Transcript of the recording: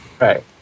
Right